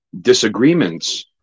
disagreements